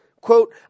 Quote